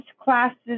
classes